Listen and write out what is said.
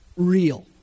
real